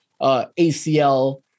ACL